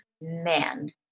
man